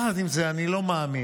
יחד עם זה, אני לא מאמין